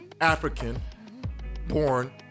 African-born